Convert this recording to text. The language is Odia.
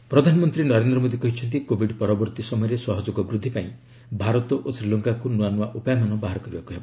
ଇଣ୍ଡିଆ ଶ୍ରୀଲଙ୍କା ପ୍ରଧାନମନ୍ତ୍ରୀ ନରେନ୍ଦ୍ର ମୋଦି କହିଛନ୍ତି କୋଭିଡ ପରବର୍ତ୍ତୀ ସମୟରେ ସହଯୋଗ ବୃଦ୍ଧି ପାଇଁ ଭାରତ ଓ ଶ୍ରୀଲଙ୍କାକୁ ନୂଆ ଉପାୟମାନ ବାହାର କରିବାକୁ ହେବ